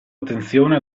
attenzione